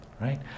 right